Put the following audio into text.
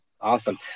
Awesome